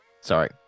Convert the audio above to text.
Sorry